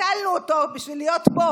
ביטלנו אותו בשביל להיות פה,